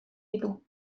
ditu